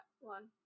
one